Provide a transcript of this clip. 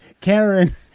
karen